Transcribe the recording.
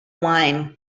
wine